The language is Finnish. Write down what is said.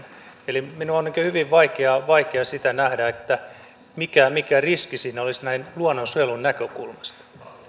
eli minun on hyvin vaikea nähdä sitä mikä riski siinä olisi luonnonsuojelun näkökulmasta